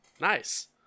Nice